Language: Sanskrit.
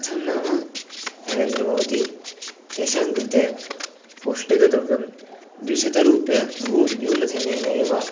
कथं नाम नरेन्द्रमोदी तेषाङ्कृते पौष्टिकद्रव्यं द्विशतरूप्यकाणि बहु न्यूनधनेन एव